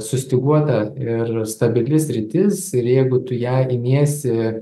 sustyguota ir stabili sritis ir jeigu tu ją imiesi